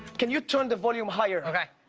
can you turn the volume higher. okay.